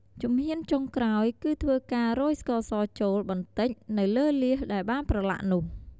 ជំហានចុងក្រោយ គឺធ្វើការរោយស្ករសចូល បន្តិច នៅលើលៀសដែលបានប្រឡាក់នោះ។